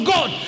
God